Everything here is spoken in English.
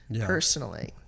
personally